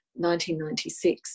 1996